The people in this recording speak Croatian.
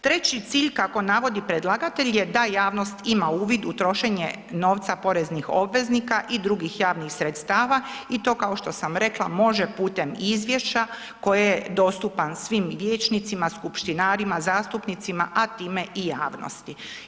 Treći cilj kako navodi predlagatelj je da javnost ima uvid u trošenje novca poreznih obveznika i drugih javnih sredstava i to kao što sam rekla, može putem izvješća koje je dostupan svim vijećnicima, skupštinarima, zastupnicima a time i javnosti.